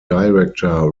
director